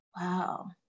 wow